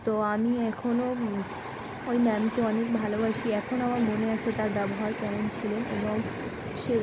তো আমি এখনও ওই ম্যামকে অনেক ভালোবাসি এখনও আমার মনে আছে তার ব্যবহার কেমন ছিলেন এবং সে